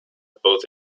both